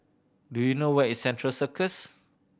do you know where is Central Circus